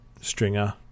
Stringer